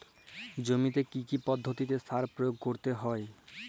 জমিতে কী কী পদ্ধতিতে সার প্রয়োগ করতে হয়?